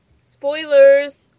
Spoilers